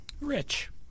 Rich